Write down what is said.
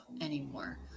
anymore